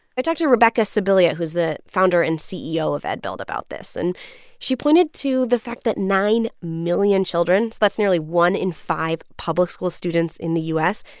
i talked to to rebecca sibilia, who's the founder and ceo of edbuild, about this. and she pointed to the fact that nine million children so that's nearly one in five public school students in the u s.